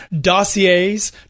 dossiers